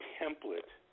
template